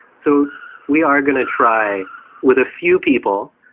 so we are going to try with a few people,